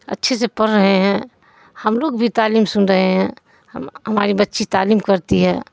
اچھے سے پڑھ رہے ہیں ہم لوگ بھی تعلیم سن رہے ہیں ہم ہماری بچی تعلیم کرتی ہے